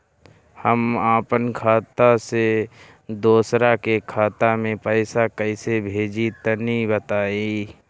हम आपन खाता से दोसरा के खाता मे पईसा कइसे भेजि तनि बताईं?